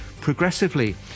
progressively